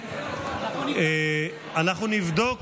אנחנו נבדוק